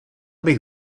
bych